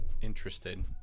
interested